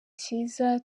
cyiza